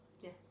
Yes